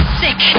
sick